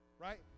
right